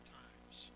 times